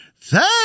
Thank